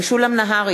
משולם נהרי,